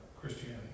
Christianity